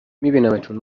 میبینمتون